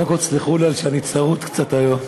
קודם כול, תסלחו לי שאני צרוד קצת היום.